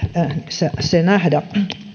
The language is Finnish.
se se nähdä